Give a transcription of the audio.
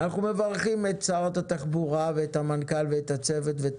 אנחנו מברכים את שרת התחבורה ואת המנכ"ל ואת הצוות ואת